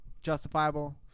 justifiable